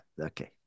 okay